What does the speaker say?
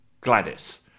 Gladys